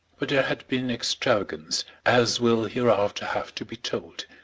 but there had been extravagance, as will hereafter have to be told,